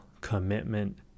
commitment